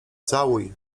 całuj